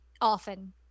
often